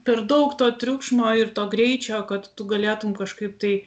per daug to triukšmo ir to greičio kad tu galėtum kažkaip tai